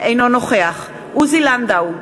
אינו נוכח עוזי לנדאו,